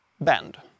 bend